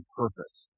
purpose